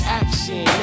action